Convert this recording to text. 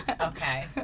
okay